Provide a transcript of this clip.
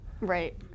Right